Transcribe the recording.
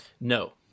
No